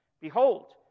behold